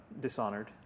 dishonored